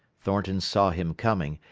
thornton saw him coming,